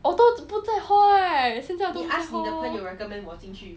我都不在 hall right 我现在都没有 hall